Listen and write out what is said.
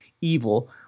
evil